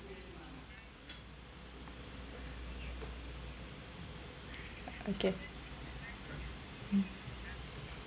okay mm